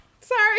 Sorry